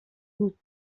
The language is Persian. بود